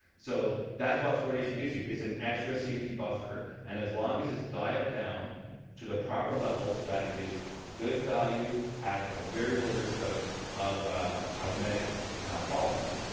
so that's what fluoridation gives you. it's an extra safety buffer and as long as it's dialed down to the proper level so that it gives good value at a very low risk of of cosmetic problems,